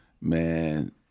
Man